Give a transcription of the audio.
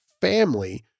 family